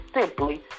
simply